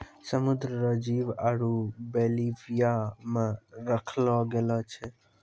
समुद्र रो जीव आरु बेल्विया मे रखलो गेलो छै